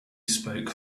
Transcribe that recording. spoke